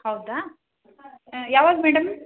ಹೌದಾ ಯಾವಾಗ ಮೇಡಂ